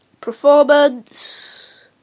Performance